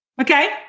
Okay